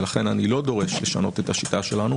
ולכן אני לא דורש לשנות את השיטה שלנו.